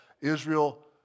Israel